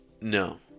No